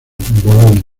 bolonia